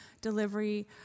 delivery